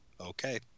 Okay